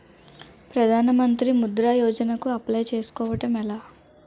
ప్రధాన మంత్రి ముద్రా యోజన కు అప్లయ్ చేసుకోవటం ఎలా?